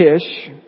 Kish